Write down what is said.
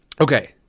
Okay